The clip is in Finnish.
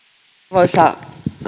arvoisa